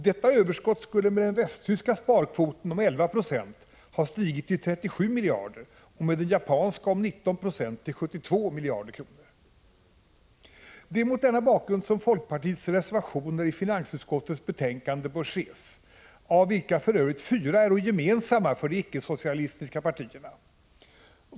Detta överskott skulle med den västtyska sparkvoten om 11 96e ha stigit till 37 miljarder och med den japanska om 19 2 till 72 miljarder kronor! Det är mot denna bakgrund som folkpartiets reservationer i finansutskottets betänkande bör ses, av vilka fyra för övrigt är gemensamma för de icke-socialistiska partierna.